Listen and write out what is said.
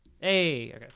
Hey